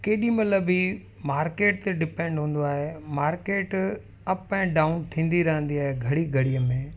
केॾीं महिल बि मार्केट ते डिपेंड हूंदो आहे मार्केट अप एंड डाउन थींदी रहंदी आहे घड़ी घड़ीअ में